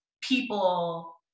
people